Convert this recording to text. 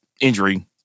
injury